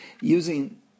using